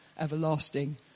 everlasting